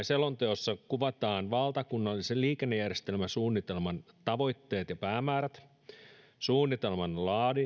selonteossa kuvataan valtakunnallisen liikennejärjestelmäsuunnitelman tavoitteet ja päämäärät suunnitelman